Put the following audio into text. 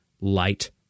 light